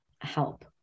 help